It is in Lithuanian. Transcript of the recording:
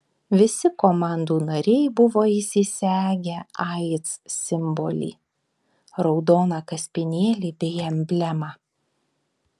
visi komandų nariai buvo įsisegę aids simbolį raudoną kaspinėlį bei emblemą